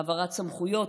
העברת סמכויות,